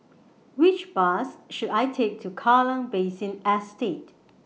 Which Bus should I Take to Kallang Basin Estate